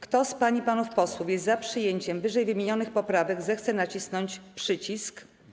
Kto z pań i panów posłów jest za przyjęciem ww. poprawek, zechce nacisnąć przycisk.